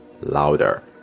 louder